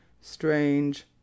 Strange